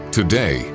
today